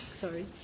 sorry